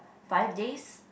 five days